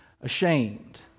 ashamed